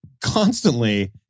constantly